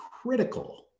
critical